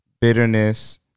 Bitterness